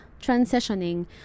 transitioning